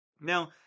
Now